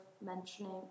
mentioning